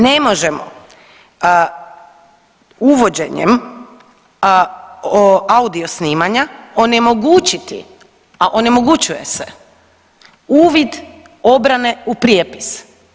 Npr. ne možemo uvođenjem audio snimanja onemogućiti, a onemogućuje se uvid obrane u prijepis.